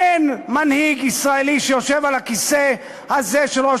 אין מנהיג ישראלי שיושב על הכיסא הזה של ראש